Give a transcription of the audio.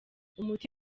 umuti